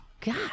God